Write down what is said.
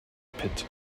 pit